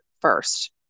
first